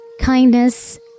kindness